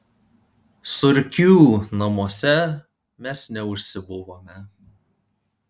surkių namuose mes neužsibuvome